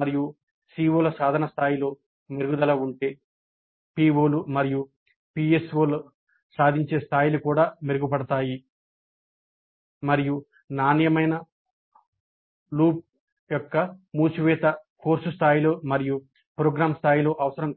మరియు సిఓల సాధన స్థాయిలో మెరుగుదల ఉంటే పిఒలు మరియు పిఎస్ఓల సాధించే స్థాయిలు కూడా మెరుగుపడతాయి మరియు నాణ్యమైన లూప్ యొక్క మూసివేత కోర్సు స్థాయిలో మరియు ప్రోగ్రామ్ స్థాయిలో అవసరం